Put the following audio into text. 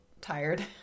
tired